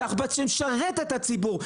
תחב"צ שמשרת את הציבור,